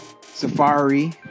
Safari